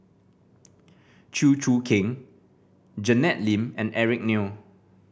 Chew Choo Keng Janet Lim and Eric Neo